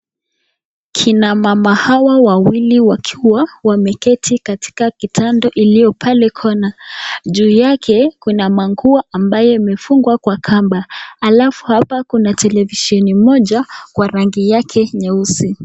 Kina mama hawa wawili wakiwa wameketi katika kitanda iliyo pale corner . Juu yake kuna manguo ambayo yamefugwa kwa kamba, alafu hapa kuna televisheni moja Kwa rangi yake nyeusi.